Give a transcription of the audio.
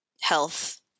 health